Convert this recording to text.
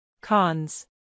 Cons